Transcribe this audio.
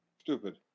Stupid